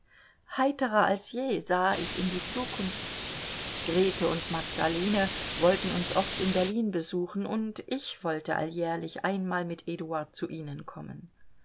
heiterer als je sah ich in die zukunft grete und magdalene wollten uns oft in berlin besuchen und ich wollte alljährlich einmal mit eduard zu ihnen kommen